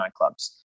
nightclubs